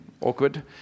Awkward